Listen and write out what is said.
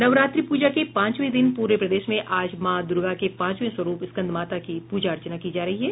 नवरात्रि पूजा के पांचवें दिन पूरे प्रदेश में आज माँ दुर्गा के पांचवे स्वरूप स्कंदमाता की पूजा अर्चना की जा रही है